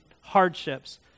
hardships